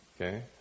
okay